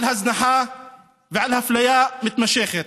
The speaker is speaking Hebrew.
על הזנחה ועל אפליה מתמשכת.